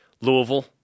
Louisville